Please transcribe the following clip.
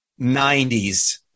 90s